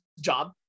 job